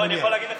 אני יכול להגיד לך,